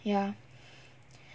ya